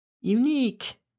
Unique